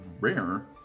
rare